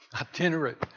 Itinerant